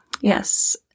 Yes